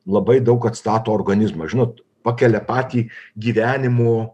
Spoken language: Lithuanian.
labai daug atstato organizmą žinot pakelia patį gyvenimo